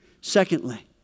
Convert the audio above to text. Secondly